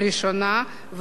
והיא עוברת